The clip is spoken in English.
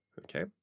Okay